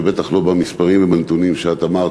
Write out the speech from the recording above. ובטח לא במספרים ובנתונים שאת אמרת,